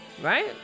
Right